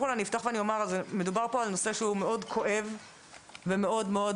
מדובר על נושא מאוד כואב ומורכב,